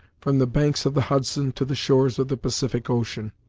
from the banks of the hudson to the shores of the pacific ocean.